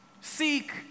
seek